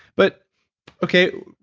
but okay,